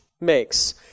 makes